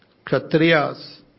Kshatriyas